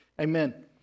amen